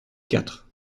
quatre